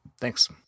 Thanks